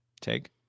Take